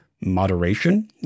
moderation